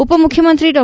ಉಪ ಮುಖ್ಯಮಂತ್ರಿ ಡಾ